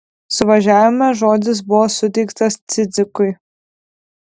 suvažiavime žodis buvo suteiktas cidzikui